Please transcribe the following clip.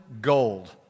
gold